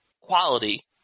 quality